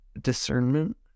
discernment